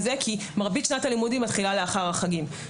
כי מרבית שנת הלימודים מתחילה לאחר החגים.